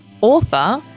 author